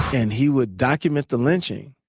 and he would document the lynching